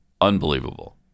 Unbelievable